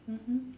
mmhmm